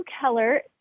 Keller